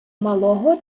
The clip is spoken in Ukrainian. малого